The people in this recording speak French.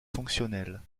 fonctionnelles